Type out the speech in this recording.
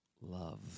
love